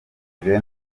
mukuru